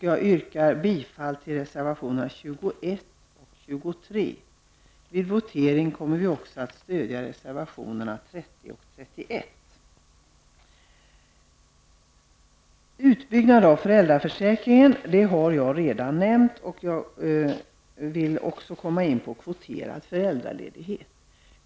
Jag yrkar bifall till reservationerna 21 och 23. Vid voteringen kommer vi också att stödja reservationerna 30 och 31. Frågan om utbyggnaden av föräldraförsäkringen har jag redan nämnt, och jag skall nu komma in på frågan om kvoterad föräldraledighet.